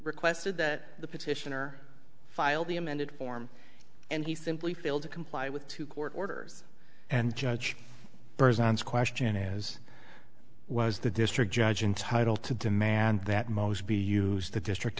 requested that the petitioner filed the amended form and he simply failed to comply with two court orders and judge verizon's question as was the district judge entitle to demand that most be used the district